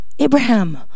Abraham